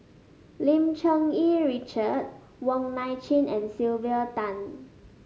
Lim Cherng Yih Richard Wong Nai Chin and Sylvia Tan